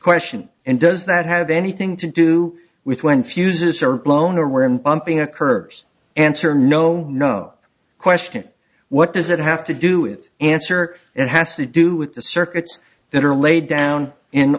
question and does that have anything to do with when fuses are blown or where in pumping occurs answer no no question what does it have to do with answer it has to do with the circuits that are laid down in